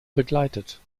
begleitet